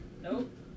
Nope